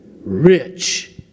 rich